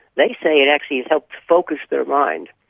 they say it actually has helped focus their minds,